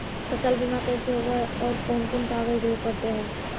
फसल बिमा कैसे होब है और कोन कोन कागज देबे पड़तै है?